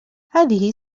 هذه